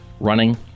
running